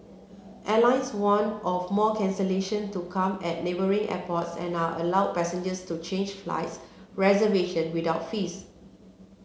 airlines warned of more cancellation to come at neighbouring airports and are allowed passengers to change flight reservation without fees